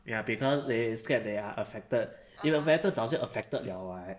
ya because they scared they are affected if affected 早就 affected liao [what]